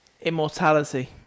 immortality